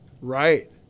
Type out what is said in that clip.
right